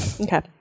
Okay